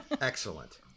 Excellent